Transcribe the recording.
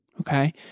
Okay